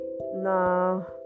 no